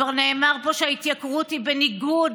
כבר נאמר פה שההתייקרות היא בניגוד